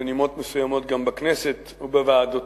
ובנימות מסוימות גם בכנסת ובוועדותיה.